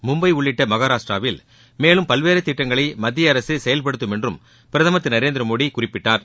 மும்பை உள்ளிட்ட மஹாராஷ்ட்ராவில் மேலும் பல்வேறு திட்டங்களை மத்திய அரசு செயல்படுத்தப்படும் என்றும் பிரதமர் திரு நரேந்திர மோடி குறிப்பிட்டார்